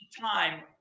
Time